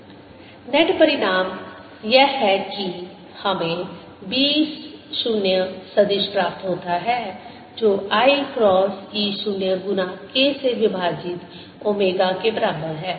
Ekcoskx ωt iE0 ∂B∂t B0∂tsinkx ωt ωB0coskx ωt net परिणाम यह है कि हमें B 0 सदिश प्राप्त होता है जो i क्रॉस E 0 गुना k से विभाजित ओमेगा के बराबर है